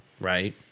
right